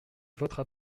votera